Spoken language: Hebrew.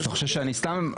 אתה חושב שאני סתם?